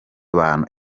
abantu